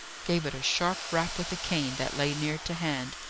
gave it a sharp rap with a cane that lay near to hand,